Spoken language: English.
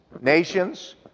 nations